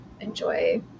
enjoy